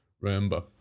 remember